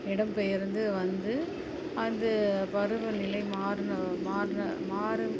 இடம் பெயர்ந்து வந்து அது பருவநிலை மாறின மாறின மாறு